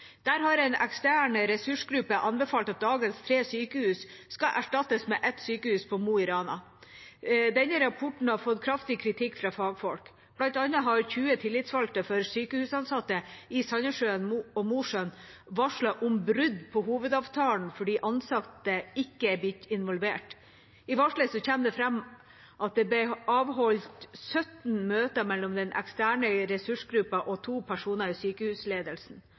Der har en ekstern ressursgruppe anbefalt at dagens tre sykehus skal erstattes med ett sykehus på Mo i Rana. Denne rapporten har fått kraftig kritikk fra fagfolk. Blant annet har 20 tillitsvalgte for sykehusansatte i Sandnessjøen og Mosjøen varslet om brudd på hovedavtalen fordi de ansatte ikke er blitt involvert. I varselet kommer det fram at det ble avholdt 17 møter mellom den eksterne ressursgruppen og to personer i sykehusledelsen.